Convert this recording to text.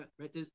right